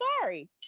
sorry